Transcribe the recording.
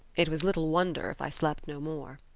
it was little wonder if i slept no more.